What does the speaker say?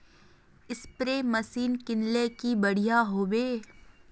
Spray machine किनले की बढ़िया होबवे?